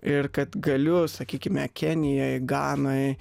ir kad galiu sakykime kenijoj ganoj